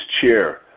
chair